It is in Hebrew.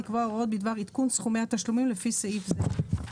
לקבוע הוראות בדבר עדכון סכומי התשלומים לפי סעיף זה.